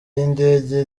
y’indege